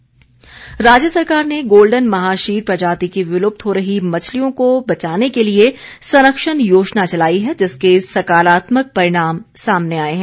golden mahseer राज्य सरकार ने गोल्डन महाशीर प्रजाति की विलुप्त हो रही मछलियों को बचाने के लिए संरक्षण योजना चलाई है जिसके सकारात्मक परिणाम सामने आए हैं